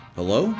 Hello